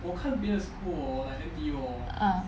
ah